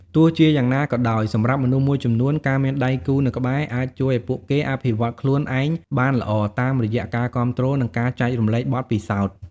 ទោះជាយ៉ាងណាក៏ដោយ សម្រាប់មនុស្សមួយចំនួន ការមានដៃគូនៅក្បែរអាចជួយឱ្យពួកគេអភិវឌ្ឍខ្លួនឯងបានល្អតាមរយៈការគាំទ្រ និងការចែករំលែកបទពិសោធន៍។